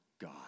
God